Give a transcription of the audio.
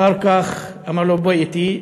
אחר כך אמר לו: בוא אתי.